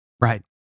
Right